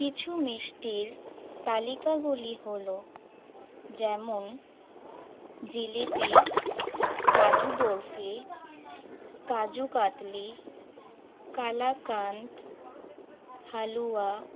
কিছু মিষ্টির তালিকাগুলি হল যেমন জিলিপি কাজু বরফি কাজু কাতলি কালাকাঁদ হালুয়া